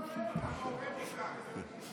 גם העורב הופך לזמיר.